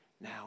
Now